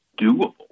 doable